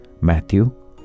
Matthew